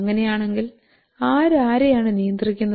അങ്ങനെയാണെങ്കിൽ ആര് ആരെയാണ് നിയന്ത്രിക്കുന്നത്